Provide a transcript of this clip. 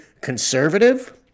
conservative